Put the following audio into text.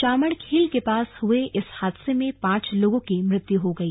चामणखील के पास हुए इस हादसे में पांच लोगों की मृत्यु हो गई